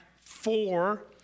four